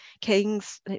kings